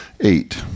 eight